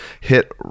hit